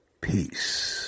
Peace